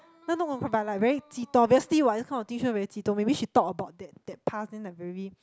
no no but but like very 激动 obviously what this kind of thing sure very 激动 maybe she talk about that that path then like very